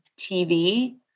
TV